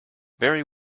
very